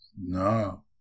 No